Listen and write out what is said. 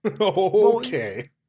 Okay